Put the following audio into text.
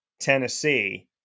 tennessee